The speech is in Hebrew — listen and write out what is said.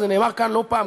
וזה נאמר פה לא פעם,